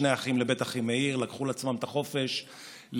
שני אחים לבית אחימאיר לקחו לעצמם את החופש להתבטא,